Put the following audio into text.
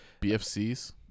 BFCs